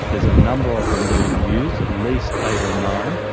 there's a number of them being used, at least eight or nine,